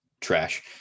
trash